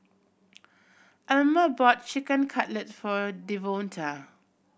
Alma bought Chicken Cutlet for Devonta